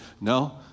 No